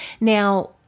now